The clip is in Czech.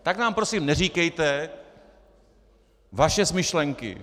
Tak nám prosím neříkejte vaše smyšlenky.